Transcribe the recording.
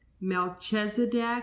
Melchizedek